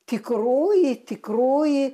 tikroji tikroji